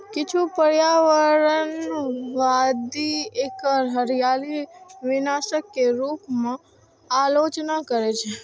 किछु पर्यावरणवादी एकर हरियाली विनाशक के रूप मे आलोचना करै छै